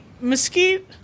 Mesquite